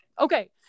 okay